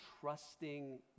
trusting